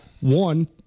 One